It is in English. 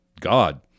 God